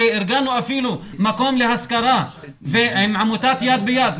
שארגנו אפילו מקום להשכרה עם עמותת יד ביד.